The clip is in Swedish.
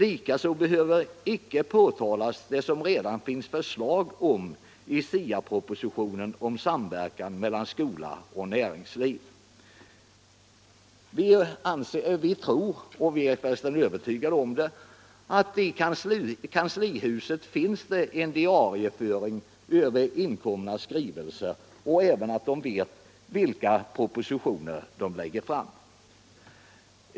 Inte heller behöver påtalas det som redan finns förslag om i SIA-propositionen om samverkan mellan skola och näringsliv. Vi är övertygade om att man i kanskhuset har en diarieföring av inkomna skrivelser och att man vet vilka propositioner som läggs fram.